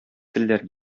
телләр